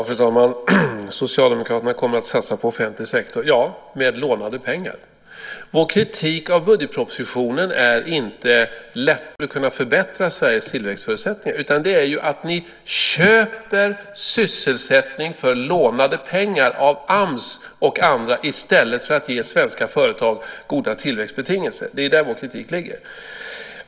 Fru talman! Socialdemokraterna kommer att satsa på offentlig sektor - ja, med lånade pengar. Vår kritik av budgetpropositionen gäller inte lättnaderna i ägarbeskattningen och sådant som långsiktigt skulle kunna förbättra Sveriges tillväxtförutsättningar utan att ni köper sysselsättning för lånade pengar av AMS och andra i stället för att ge svenska företag goda tillväxtbetingelser. Det är där vår kritik ligger.